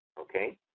okay